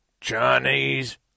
Chinese